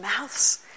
mouths